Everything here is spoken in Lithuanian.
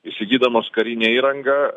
įsigydamos karinę įrangą